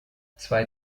zwei